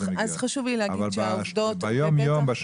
אבל ביום-יום,